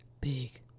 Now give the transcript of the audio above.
Big